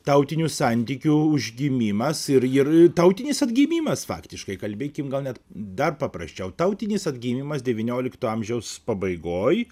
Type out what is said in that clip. tautinių santykių užgimimas ir ir tautinis atgimimas faktiškai kalbėkim gal net dar paprasčiau tautinis atgimimas devyniolikto amžiaus pabaigoj